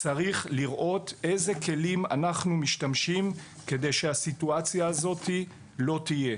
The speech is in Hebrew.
צריך לראות איזה כלים אנחנו משתמשים כדי שהסיטואציה הזאת לא תהיה.